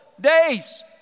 days